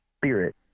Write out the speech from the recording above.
spirit